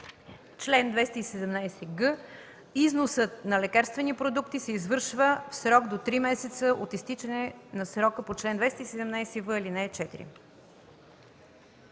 Чл. 217г. Износът на лекарствени продукти се извършва в срок до три месеца от изтичане на срока по чл. 217в, ал. 4.“